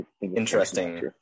interesting